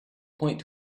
point